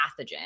pathogen